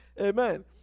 Amen